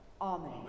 Amen